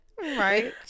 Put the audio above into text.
right